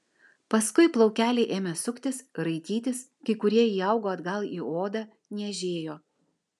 paskui plaukeliai ėmė suktis raitytis kai kurie įaugo atgal į odą niežėjo